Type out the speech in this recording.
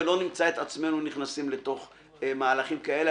ולא נמצא את עצמנו נכנסים לתוך מהלכים כאלה.